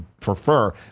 prefer